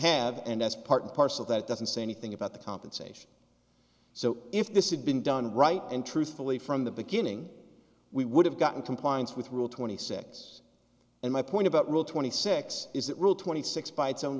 have and that's part and parcel that doesn't say anything about the compensation so if this is been done right and truthfully from the beginning we would have gotten compliance with rule twenty six and my point about rule twenty six is that rule twenty six by